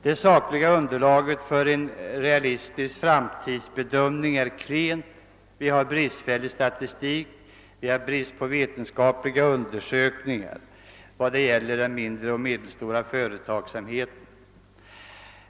Det sakliga underlaget för en realistisk framtidsbedömning är klent. Vi har en bristfällig statistik, och vi saknar tillräckligt med vetenskapliga undersökningar om den mindre och medelstora företagsamheten.